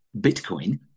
Bitcoin